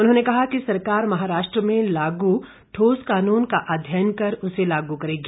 उन्होंने कहा कि सरकार महाराष्ट्र में लागू ठोस कानून का अध्ययन कर उसे लागू करेगी